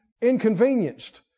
inconvenienced